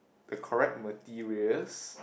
the correct materials